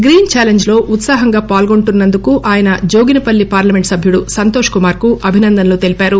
green challenge లో ఉత్సాహంగా పాల్గొంటున్న ందుకు ఆయన జోగినపల్లి పాల్లమెంట్ సభ్యుడు సంతోష్ కుమార్ కు అభినందనలు తెలిపారు